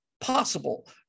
possible